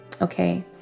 Okay